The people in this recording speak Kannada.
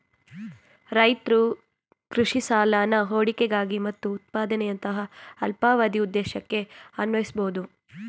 ರೈತ್ರು ಕೃಷಿ ಸಾಲನ ಹೂಡಿಕೆಗಾಗಿ ಮತ್ತು ಉತ್ಪಾದನೆಯಂತಹ ಅಲ್ಪಾವಧಿ ಉದ್ದೇಶಕ್ಕೆ ಅನ್ವಯಿಸ್ಬೋದು